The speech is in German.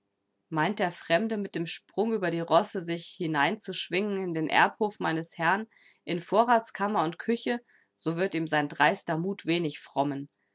meint der fremde mit dem sprung über die rosse sich hineinzuschwingen in den erbhof meines herrn in vorratskammer und küche so wird ihm sein dreister mut wenig frommen